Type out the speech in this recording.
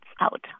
out